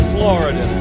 Florida